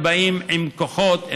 הם באים עם כוחות,